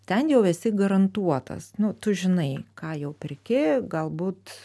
ten jau esi garantuotas nu tu žinai ką jau perki galbūt